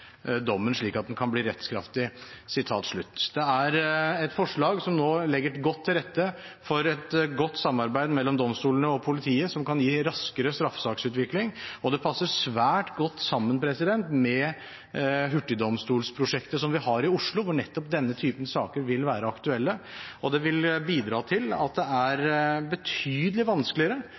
dommen slik at den kan bli rettskraftig.» Dette er et forslag som legger til rette for et godt samarbeid mellom domstolene og politiet. Det kan gi raskere straffesaksutvikling, og det passer svært godt sammen med hurtigdomstolsprosjektet som vi har i Oslo, hvor nettopp denne typen saker vil være aktuelle. Det vil bidra til at det er betydelig vanskeligere